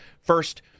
first